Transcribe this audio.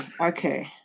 okay